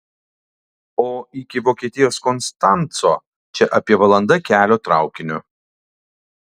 o iki vokietijos konstanco čia apie valanda kelio traukiniu